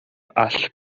all